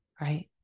right